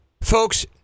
folks